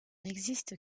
existe